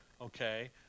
Okay